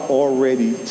already